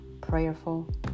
prayerful